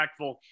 impactful